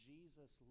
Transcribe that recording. Jesus